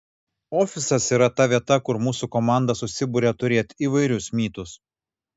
ofisas yra ta vieta kur mūsų komanda susiburia turėt įvairius mytus